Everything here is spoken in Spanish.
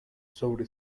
sobre